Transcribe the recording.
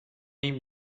این